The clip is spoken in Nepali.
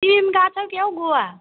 तिमी पनि गएका छौ क्या हो गोवा